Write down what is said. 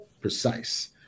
precise